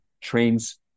trains